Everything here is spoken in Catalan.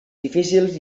difícils